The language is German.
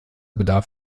bedarf